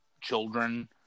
children